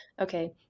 okay